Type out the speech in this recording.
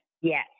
yes